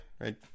right